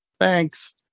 Thanks